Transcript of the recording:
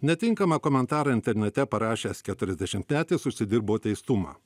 netinkamą komentarą internete parašęs keturiasdešimtmetis užsidirbo teistumą